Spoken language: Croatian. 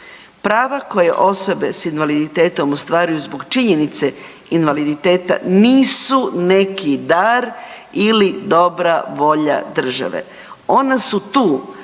Prava koje osobe s invaliditetom ostvaruju zbog činjenice invaliditeta nisu neki dar ili dobra volja države. Ona su tu